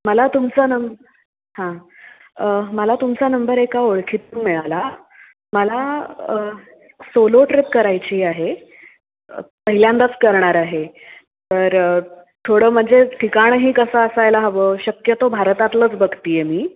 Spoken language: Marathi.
मला तुमचं ना हां मला तुमचा नंबर एका ओळखीतून मिळाला मला सोलो ट्रिप करायची आहे पहिल्यांदाच करणार आहे तर थोडं म्हणजे ठिकाणही कसं असायला हवं शक्यतो भारतातलंच बघते आहे मी